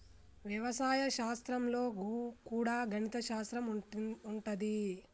వ్యవసాయ శాస్త్రం లో కూడా గణిత శాస్త్రం ఉంటది